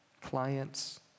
clients